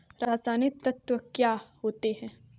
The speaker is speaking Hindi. रसायनिक तत्व क्या होते हैं?